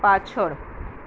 પાછળ